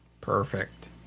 Perfect